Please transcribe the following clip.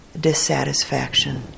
dissatisfaction